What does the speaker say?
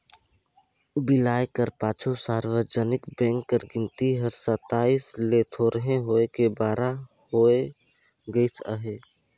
बिलाए कर पाछू सार्वजनिक बेंक कर गिनती हर सताइस ले थोरहें होय के बारा होय गइस अहे